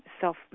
self